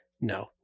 No